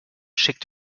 schickt